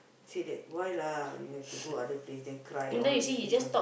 say that why lah you have to go other place and cry all this things all